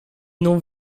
non